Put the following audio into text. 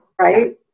right